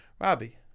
Robbie